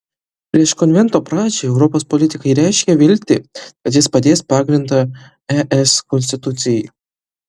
prieš konvento pradžią europos politikai reiškė viltį kad jis padės pagrindą es konstitucijai